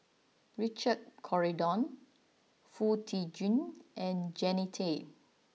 Richard Corridon Foo Tee Jun and Jannie Tay